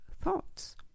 thoughts